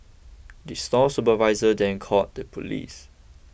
the store supervisor then called the police